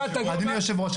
אדוני היושב-ראש,